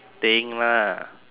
think lah